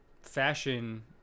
fashion